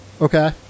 Okay